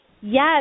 Yes